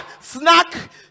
snack